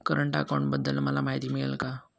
Current अकाउंटबद्दल मला माहिती मिळेल का?